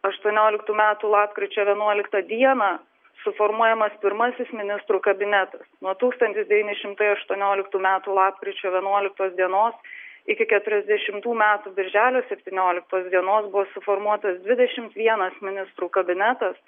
aštuonioliktų metų lapkričio vienuoliktą dieną suformuojamas pirmasis ministrų kabinetas nuo tūkstantis devyni šimtai aštuonioliktų metų lapkričio vienuoliktos dienos iki keturiasdešimtų metų birželio septynioliktos dienos buvo suformuotas dvidešimt vienas ministrų kabinetas